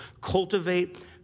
Cultivate